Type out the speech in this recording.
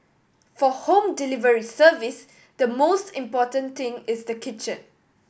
for home delivery service the most important thing is the kitchen